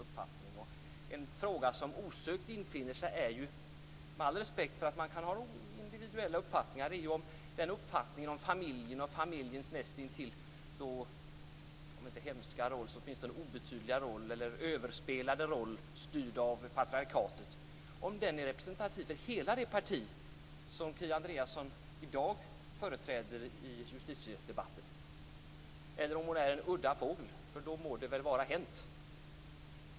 Jag vill ställa en fråga som osökt infinner sig, med all respekt för att man kan ha individuella uppfattningar, om familjen och familjens nästintill, om inte hemska roll så åtminstone obetydliga eller överspelade roll, styrd av patriarkatet. Är den representativ för hela det parti som Kia Andreasson i dag företräder i justitiedebatten? Eller är hon en udda fågel? Då må det väl vara hänt.